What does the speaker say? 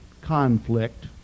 conflict